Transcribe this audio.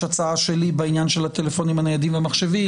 יש הצעה שלי בעניין הטלפונים הניידים והמחשבים,